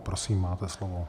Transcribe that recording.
Prosím, máte slovo.